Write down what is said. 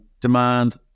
Demand